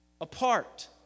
apart